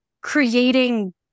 creating